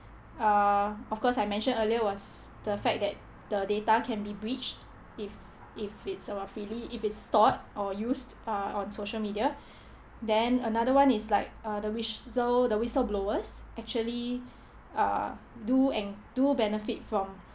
uh of course I mention earlier was the fact that the data can be breached if if it's ille~ if it's stored or used on the social media then another one is like uh the whistle the whistle blowers actually uh do and do benefit from